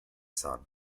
son